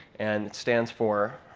and it stands for